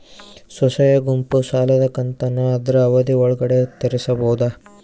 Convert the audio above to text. ಸ್ವಸಹಾಯ ಗುಂಪು ಸಾಲದ ಕಂತನ್ನ ಆದ್ರ ಅವಧಿ ಒಳ್ಗಡೆ ತೇರಿಸಬೋದ?